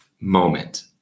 moment